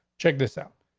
check this out.